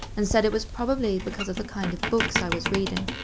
and said it was probably because of the kind of books i was reading.